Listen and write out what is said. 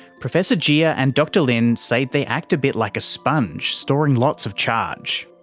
professor jia and dr lin say they act a bit like a sponge, storing lots of charge.